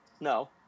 no